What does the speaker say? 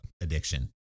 addiction